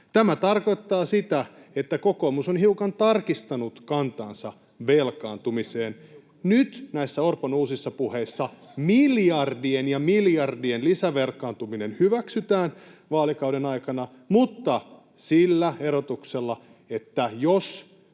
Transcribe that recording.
Tämä tarkoittaa sitä, että kokoomus on hiukan tarkistanut kantaansa velkaantumiseen. Nyt näissä Orpon uusissa puheissa miljardien ja miljardien lisävelkaantuminen hyväksytään vaalikauden aikana mutta sillä erotuksella, että se